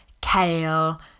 kale